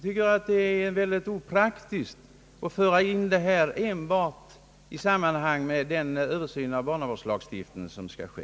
Jag finner det synnerligen opraktiskt att föra in detta enbart i sammanhang med den översyn av barnavårdslagstiftningen som skall ske.